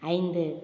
ஐந்து